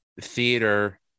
theater